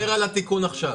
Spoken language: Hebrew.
אני מדבר על התיקון עכשיו.